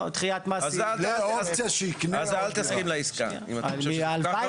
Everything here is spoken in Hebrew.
--- אז אל תסכים לעסקה אם אתה חושב --- הלוואי